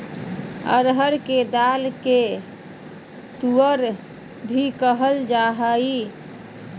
अरहर के दाल के तुअर भी कहल जाय हइ